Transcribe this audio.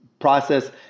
process